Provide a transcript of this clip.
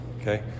Okay